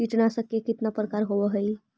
कीटनाशक के कितना प्रकार होव हइ?